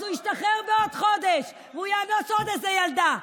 אז הוא ישתחרר בעוד חודש והוא יאנוס עוד איזה ילדה.